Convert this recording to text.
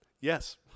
Yes